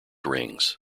rings